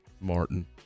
martin